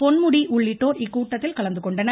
பொன்முடி உள்ளிட்டோர் இக்கூட்டத்தில் கலந்துகொண்டனர்